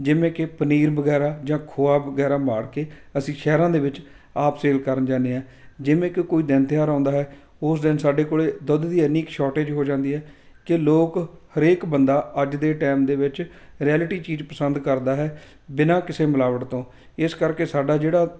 ਜਿਵੇਂ ਕਿ ਪਨੀਰ ਵਗੈਰਾ ਜਾਂ ਖੋਆ ਵਗੈਰਾ ਮਾਰ ਕੇ ਅਸੀਂ ਸ਼ਹਿਰਾਂ ਦੇ ਵਿੱਚ ਆਪ ਸੇਲ ਕਰਨ ਜਾਂਦੇ ਹਾਂ ਜਿਵੇਂ ਕਿ ਕੋਈ ਦਿਨ ਤਿਉਹਾਰ ਆਉਂਦਾ ਹੈ ਉਸ ਦਿਨ ਸਾਡੇ ਕੋਲ ਦੁੱਧ ਦੀ ਇੰਨੀ ਕੁ ਸ਼ੋਰਟੇਜ ਹੋ ਜਾਂਦੀ ਹੈ ਕਿ ਲੋਕ ਹਰੇਕ ਬੰਦਾ ਅੱਜ ਦੇ ਟਾਈਮ ਦੇ ਵਿੱਚ ਰੈਲਟੀ ਚੀਜ਼ ਪਸੰਦ ਕਰਦਾ ਹੈ ਬਿਨਾਂ ਕਿਸੇ ਮਿਲਾਵਟ ਤੋਂ ਇਸ ਕਰਕੇ ਸਾਡਾ ਜਿਹੜਾ